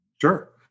Sure